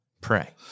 Pray